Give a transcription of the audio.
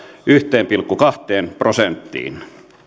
yhteen pilkku kahteen prosenttiin